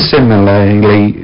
Similarly